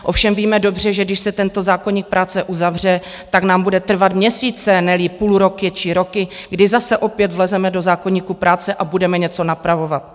Ovšem víme dobře, že když se tento zákoník práce uzavře, tak nám bude trvat měsíce, neli půlroky či roky, kdy zase opět vlezeme do zákoníku práce a budeme něco napravovat.